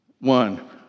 One